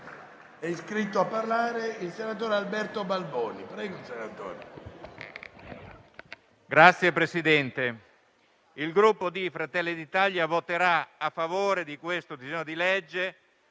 il Gruppo Fratelli d'Italia voterà a favore di questo disegno di legge,